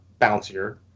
bouncier